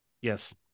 Yes